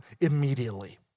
immediately